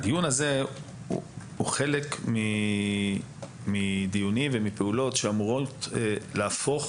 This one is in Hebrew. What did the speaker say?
הדיון הזה הוא חלק מהדיונים ומפעולות שאמורות להפוך